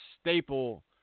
staple